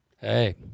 Hey